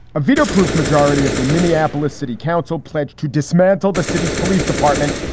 a veto proof majority of the minneapolis city council pledged to dismantle the city's police department,